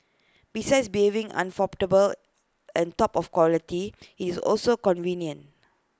besides affordable and top of quality is also convenient